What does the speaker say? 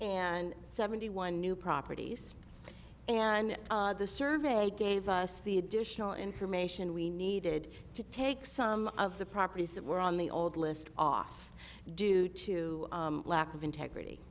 and seventy one new properties and the survey gave us the additional information we needed to take some of the properties that were on the old list off due to lack of integrity